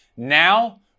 Now